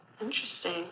Interesting